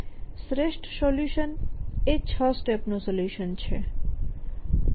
શ્રેષ્ઠ સોલ્યુશન એ 6 સ્ટેપ્સ નું સોલ્યુશન છે